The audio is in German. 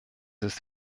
ist